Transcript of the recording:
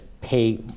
pay